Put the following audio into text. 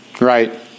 right